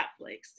Netflix